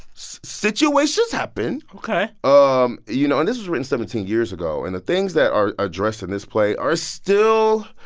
situations happen ok um you know, and this was written seventeen years ago. and the things that are addressed in this play are still.